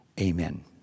amen